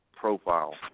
profile